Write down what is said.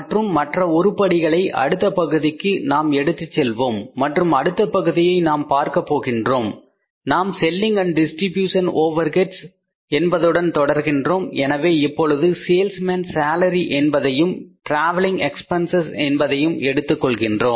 மற்றும் மற்ற உருப்படிகளை அடுத்த பகுதிக்கு நாம் எடுத்துச் செல்வோம் மற்றும் அடுத்த பகுதியை நாம் பார்க்கப் போகின்றோம் நாம் செல்லிங் அண்ட் டிஸ்ட்ரிபியூஷன் ஓவர் ஹெட்ஸ் Selling Distribution overheads என்பதுடன் தொடர்கின்றோம் எனவே இப்பொழுது சேல்ஸ்மேன் சேலரி என்பதையும் டிராவலிங் எக்பென்சஸ் என்பதையும் எடுத்துக் கொள்கின்றோம்